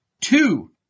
Two